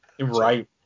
Right